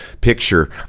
picture